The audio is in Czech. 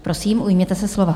Prosím, ujměte se slova.